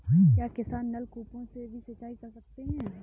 क्या किसान नल कूपों से भी सिंचाई कर सकते हैं?